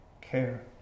care